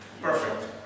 perfect